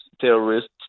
terrorists